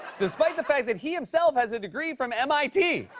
despite the fact that he himself has a degree from mit!